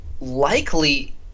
Likely